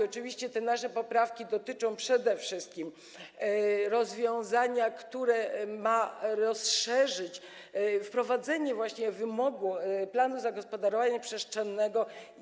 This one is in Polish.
Oczywiście nasze poprawki dotyczą przede wszystkim rozwiązania, które ma rozszerzyć wprowadzenie wymogu planu zagospodarowania przestrzennego.